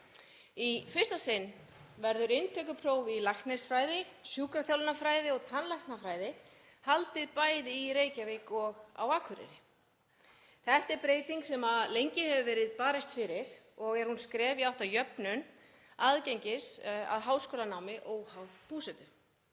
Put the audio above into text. Í fyrsta sinn verður inntökupróf í læknisfræði, sjúkraþjálfunarfræði og tannlæknisfræði haldið bæði í Reykjavík og á Akureyri. Þetta er breyting sem lengi hefur verið barist fyrir og er hún skref í átt að jöfnun aðgengis að háskólanámi óháð búsetu.